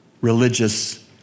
religious